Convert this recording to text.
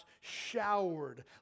showered